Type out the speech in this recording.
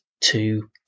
Two